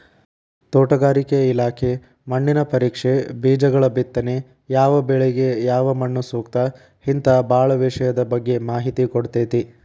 ತೋಟಗಾರಿಕೆ ಇಲಾಖೆ ಮಣ್ಣಿನ ಪರೇಕ್ಷೆ, ಬೇಜಗಳಬಿತ್ತನೆ ಯಾವಬೆಳಿಗ ಯಾವಮಣ್ಣುಸೂಕ್ತ ಹಿಂತಾ ಬಾಳ ವಿಷಯದ ಬಗ್ಗೆ ಮಾಹಿತಿ ಕೊಡ್ತೇತಿ